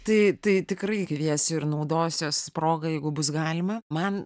tai tai tikrai kviesiu ir naudosiuosi proga jeigu bus galima man